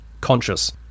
conscious